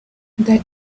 that